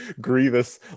Grievous